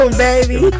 baby